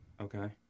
Okay